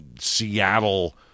seattle